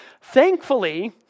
Thankfully